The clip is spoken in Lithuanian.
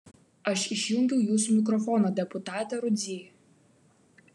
aš išjungiau jūsų mikrofoną deputate rudzy